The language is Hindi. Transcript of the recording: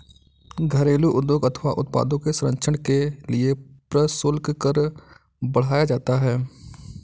घरेलू उद्योग अथवा उत्पादों के संरक्षण के लिए प्रशुल्क कर बढ़ाया जाता है